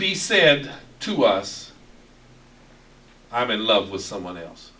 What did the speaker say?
be said to us i'm in love with someone else